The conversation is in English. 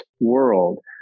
world